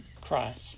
Christ